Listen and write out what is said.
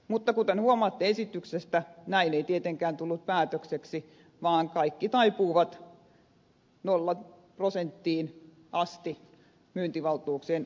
mutta kuten huomaatte esityksestä näin ei tietenkään tullut päätökseksi vaan kaikki taipuivat nollaprosenttiin asti myyntivaltuuksien antamiseen